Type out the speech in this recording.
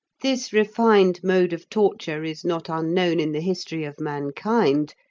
this refined mode of torture is not unknown in the history of mankind,